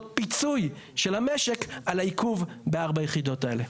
פיצוי של המשק על העיכוב ב-4 היחידות האלה.